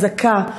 חזקה,